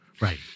Right